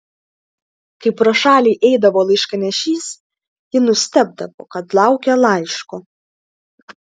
kai pro šalį eidavo laiškanešys ji nustebdavo kad laukia laiško